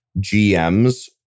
GMs